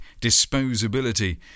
disposability